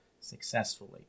successfully